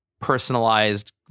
personalized